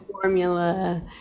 formula